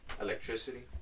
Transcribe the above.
electricity